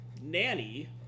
nanny